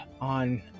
on